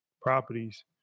properties